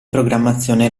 programmazione